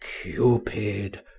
Cupid